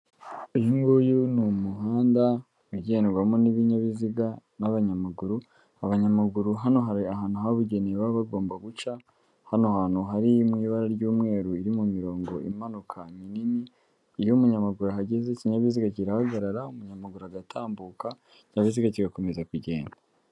Uyu nguyu ni umuhanda ugendwamo n'ibinyabiziga n'abanyamaguru, abanyamaguru hano hari ahantu habugenewe baba bagomba guca, hano hantu hari mu ibara ry'umweru iri mu mirongo imanuka minini, iyo umunyamaguru ahageze ikinyabiziga kirahagarara umunyamaguru agatambuka, ikinyabiziga kigakomeza kugenda.